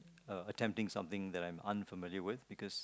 uh attempting something that I'm unfamiliar with because